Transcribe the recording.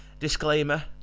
Disclaimer